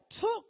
took